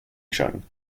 chung